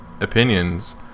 opinions